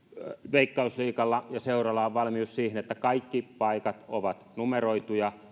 veikkausliigalla ja seuroilla on valmius siihen että kaikki paikat ovat numeroituja